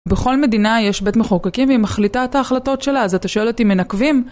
בכל מדינה יש בית מחוקקים והיא מחליטה את ההחלטות שלה, אז אתה שואל אותי, מנקבים?